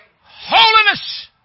Holiness